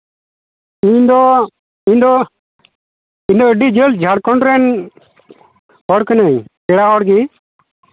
ᱤᱧᱫᱚ ᱤᱧᱫᱚ ᱤᱧᱫᱚ ᱟᱹᱰᱤ ᱡᱷᱟᱹᱞ ᱡᱷᱟᱲᱠᱷᱚᱱᱰ ᱨᱮᱱ ᱦᱚᱲ ᱠᱟᱹᱱᱟᱹᱧ ᱯᱮᱲᱟ ᱦᱚᱲᱜᱮ